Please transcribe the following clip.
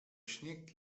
śnieg